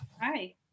hi